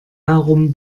herum